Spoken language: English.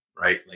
right